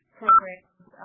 programs